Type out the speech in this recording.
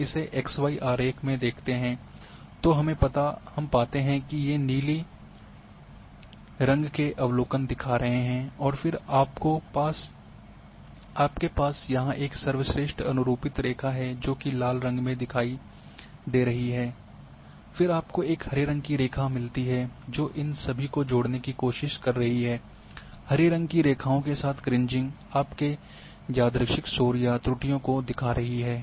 हम इसे x y आरेख में देखते हैं तो हम पाते हैं कि ये नीली के अवलोकन दिखा रहे हैं और फिर आपको पास यहाँ एक सर्वश्रेष्ठ अनुरूपित रेखा है जो कि लाल रंग में दिखाई दे रही है फिर आपको एक हरे रंग की रेखा मिलती है जो इन सभी को जोड़ने की कोशिश कर रही है हरे रंग की रेखाओं के साथ क्रीजिंग आपके यादृच्छिक शोर या त्रुटियों को दिखा रही हैं